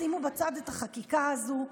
שימו בצד את החקיקה הזאת,